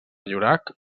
llorac